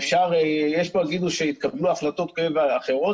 יש פה יגידו שהתקבלו החלטות כאלה ואחרות